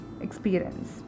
experience